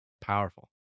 Powerful